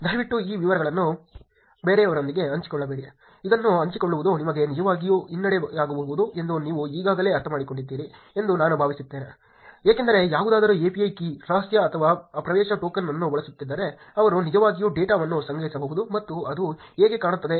ದಯವಿಟ್ಟು ಈ ವಿವರಗಳನ್ನು ಬೇರೆಯವರೊಂದಿಗೆ ಹಂಚಿಕೊಳ್ಳಬೇಡಿ ಇದನ್ನು ಹಂಚಿಕೊಳ್ಳುವುದು ನಿಮಗೆ ನಿಜವಾಗಿಯೂ ಹಿನ್ನಡೆಯಾಗಬಹುದು ಎಂದು ನೀವು ಈಗಾಗಲೇ ಅರ್ಥಮಾಡಿಕೊಂಡಿದ್ದೀರಿ ಎಂದು ನಾನು ಭಾವಿಸುತ್ತೇನೆ ಏಕೆಂದರೆ ಯಾರಾದರೂ API ಕೀ ರಹಸ್ಯ ಅಥವಾ ಪ್ರವೇಶ ಟೋಕನ್ ಅನ್ನು ಬಳಸುತ್ತಿದ್ದರೆ ಅವರು ನಿಜವಾಗಿಯೂ ಡೇಟಾವನ್ನು ಸಂಗ್ರಹಿಸಬಹುದು ಮತ್ತು ಅದು ಹಾಗೆ ಕಾಣುತ್ತದೆ